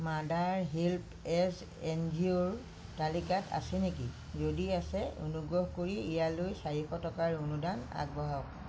mother help age N G O ৰ তালিকাত আছে নেকি যদি আছে অনুগ্ৰহ কৰি ইয়ালৈ চাৰিশ টকাৰ অনুদান আগবঢ়াওক